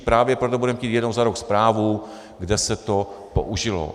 Právě proto budeme chtít jednou za rok zprávu, kde se to použilo.